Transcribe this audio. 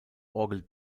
orgel